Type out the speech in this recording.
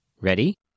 Ready